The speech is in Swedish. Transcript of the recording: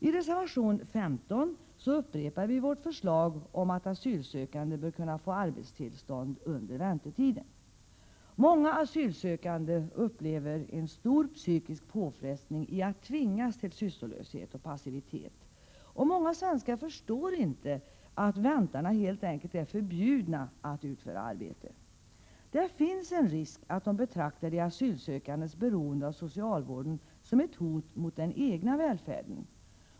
I reservation 15 upprepar vi vårt förslag om att asylsökande bör kunna få arbetstillstånd under väntetiden. Många asylsökande upplever en stor psykisk påfrestning i att tvingas till sysslolöshet och passivitet, och många svenskar förstår inte att ”väntarna” helt enkelt är ”förbjudna” att utföra arbete. Det finns en risk att de betraktar de asylsökandes beroende av socialvården som ett hot mot den egna välfärden.